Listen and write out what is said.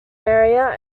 area